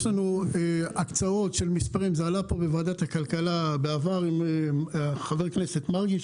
יש לנו הקצאות וזה עלה כאן בוועדת הכלכלה בעבר אצל חבר הכנסת מרגי,